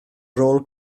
rôl